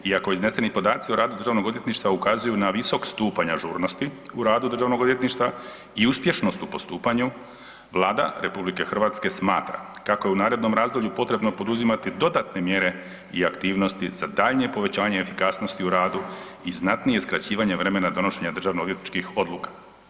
Iako izneseni podaci o radu Državnog odvjetništva ukazuju na visok stupanj ažurnosti u radu Državnog odvjetništva i uspješnost u postupanju, Vlada RH smatra kako je u narednom razdoblju potrebno poduzimati dodatne mjere i aktivnosti za daljnje povećanje efikasnosti u radu i znatnije skraćivanje vremena donošenja državno-odvjetničkih odluka.